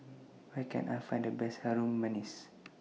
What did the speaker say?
Where Can I Find The Best Harum Manis